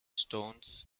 stones